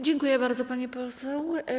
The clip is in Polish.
Dziękuję bardzo, pani poseł.